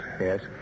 Yes